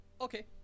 Okay